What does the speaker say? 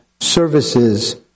services